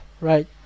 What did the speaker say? right